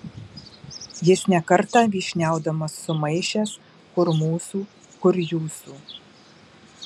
jis ne kartą vyšniaudamas sumaišęs kur mūsų kur jūsų